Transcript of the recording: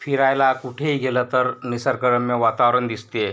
फिरायला कुठेही गेलं तर निसर्गरम्य वातावरण दिसते